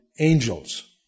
angels